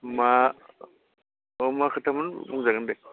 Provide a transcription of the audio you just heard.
मा औ मा खोथामोन बुंजागोन दे